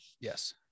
yes